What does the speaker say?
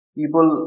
people